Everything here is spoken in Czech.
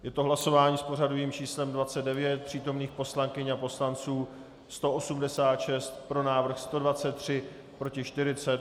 Je to hlasování s pořadovým číslem 29, přítomných poslankyň a poslanců 186, pro návrh 123, proti 40.